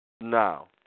Now